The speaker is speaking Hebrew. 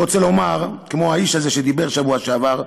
כמו האיש הזה שדיבר בשבוע שעבר,